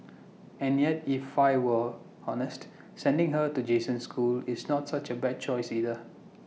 and yet if I were honest sending her to Jason's school is not such A bad choice either